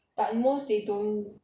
but most they don't